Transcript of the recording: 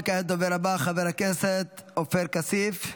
וכעת הדובר הבא, חבר הכנסת עופר כסיף,